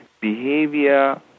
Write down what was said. behavior